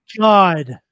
God